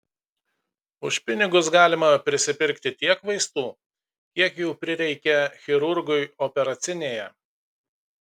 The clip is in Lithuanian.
už pinigus galima prisipirkti tiek vaistų kiek jų prireikia chirurgui operacinėje